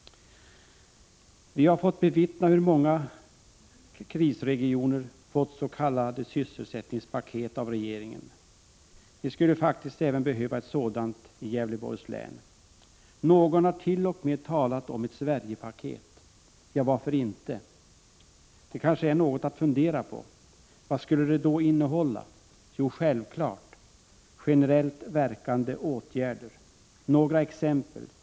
Vi har fått bevittna hur många krisregioner fått s.k. sysselsättningspaket av regeringen. Vi i Gävleborgs län skulle faktiskt också behöva ett sådant. Någon har t.o.m. talat om ett Sverigepaket. Ja, varför inte? Det kanske är något att fundera på. Vad skulle då ett sådant paket innehålla? Jo, självfallet skulle det innehålla generellt verkande åtgärder. Jag nämner några exempel: en skattepolitik Prot.